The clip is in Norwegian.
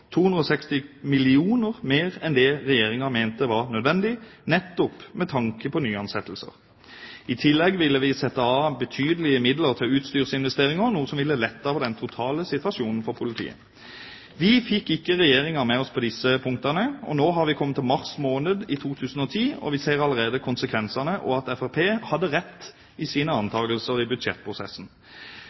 260 mill. kr mer enn det Regjeringa mente var nødvendig, nettopp med tanke på nyansettelser. I tillegg har vi satt av betydelige midler til utstyrsinvesteringer, noe som ville ha lettet på den totale situasjonen for politiet. Vi fikk ikke Regjeringa med oss på disse punktene. Nå har vi kommet til mars måned i 2010, og vi ser allerede konsekvensene – og at Fremskrittspartiet hadde rett i sine antakelser i budsjettprosessen.